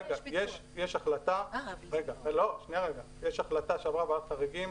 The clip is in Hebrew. יש החלטה שעברה ועדת חריגים.